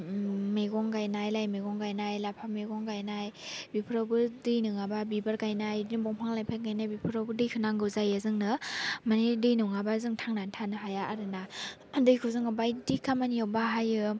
मैगं गायनाय लाइ मैगं गायनाय लाफा मैगं गायनाय बेफोरावबो दै नङाबा बिबार गायनाय बिदिनो बिफां लाइफां गायनाय बिफोरावबो दै होनांगौ जायो जोंनो मानि दै नङाबा जों थांनानै थानो हाया आरो ना दैखौ जोङो बायदि खामानियाव बाहायो